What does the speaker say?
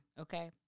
okay